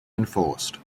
enforced